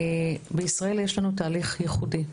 בישראל יש לנו תהליך ייחודי,